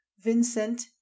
vincent